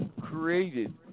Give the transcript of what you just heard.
created